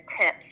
tips